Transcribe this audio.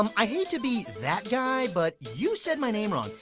um i hate to be that guy but you said my name wrong.